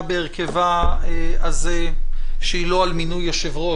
בהרכבה הזה שהיא לא על מינוי יושב-ראש,